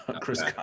Chris